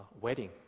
wedding